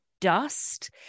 dust